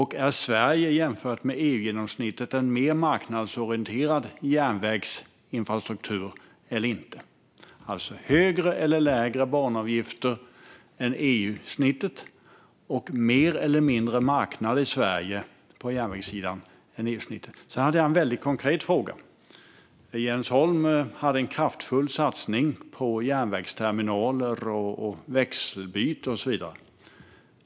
Har Sverige jämfört med EU-genomsnittet en mer marknadsorienterad järnvägsinfrastruktur eller inte? Alltså: Högre eller lägre banavgifter än EU-snittet och mer eller mindre marknad i Sverige på järnvägssidan än EU-snittet? Jag har ytterligare en konkret fråga. Jens Holm har en kraftig satsning på järnvägsterminaler, växelbyte och så vidare.